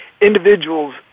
individuals